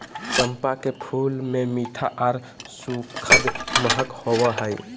चंपा के फूल मे मीठा आर सुखद महक होवो हय